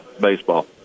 baseball